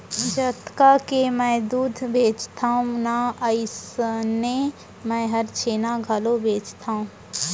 जतका के मैं दूद बेचथव ना अइसनहे मैं हर छेना घलौ बेचथॅव